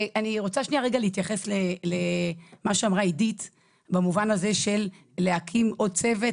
אני רוצה להתייחס למה שאמרה עידית במובן הזה של להקים עוד צוות,